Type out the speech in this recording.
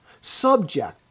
subject